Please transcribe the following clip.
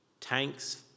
Tanks